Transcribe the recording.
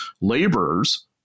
laborers